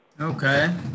Okay